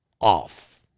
off